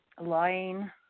lying